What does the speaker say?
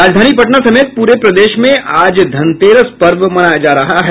राजधानी पटना समेत पूरे प्रदेश में आज धनतेरस पर्व मनाया जा रहा है